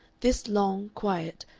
this long, quiet,